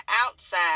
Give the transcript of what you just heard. outside